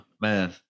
man